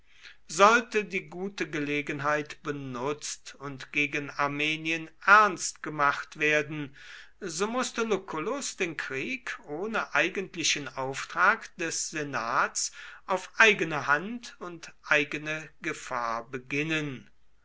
sollte die gute gelegenheit benutzt und gegen armenien ernst gemacht werden so mußte lucullus den krieg ohne eigentlichen auftrag des senats auf eigene hand und eigene gefahr beginnen